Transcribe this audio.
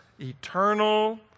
eternal